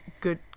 good